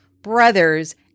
brothers